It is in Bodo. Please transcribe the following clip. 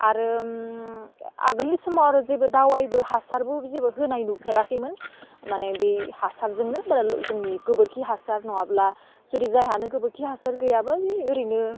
आरो आगोलनि समाव आरो जेबो दावैबो हासारबो जेबो होनाय नुफेराखैमोन माने बे हासारजोंनो जोंनि गोबोरखि हासार नङाब्ला जुदि जायहानो गोबोरखि हासार गैयाबा बे ओरैनो